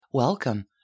Welcome